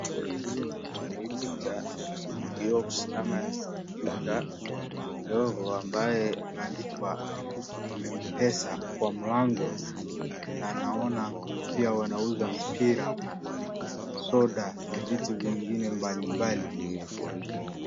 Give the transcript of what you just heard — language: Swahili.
Vile naona kwa hii picha ni kioski ama duka ndogo ambayo imeandikwa mpesa kwa mlango na naona pia wanauza mpira, soda na vitu vingine mbalimbali.